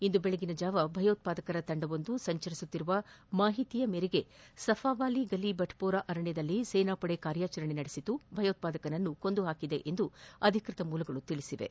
ಇಂದು ಬೆಳಗಿನ ಜಾವ ಭಯೋತ್ವಾದಕರ ತಂಡವೊಂದು ಸಂಚರಿಸುತ್ತಿರುವ ಮಾಹಿತಿ ಮೇರೆಗೆ ಸಫವಾಲಿ ಗಲಿ ಬಟ್ಪೋರಾ ಅರಣ್ಣದಲ್ಲಿ ಸೇನಾಪಡೆ ಕಾರ್ಯಾಚರಣೆ ನಡೆಸಿ ಭಯೋತ್ವಾದಕನನ್ನು ಕೊಂದು ಹಾಕಿದೆ ಎಂದು ಅಧಿಕೃತ ಮೂಲಗಳು ತಿಳಿಸಿವೆ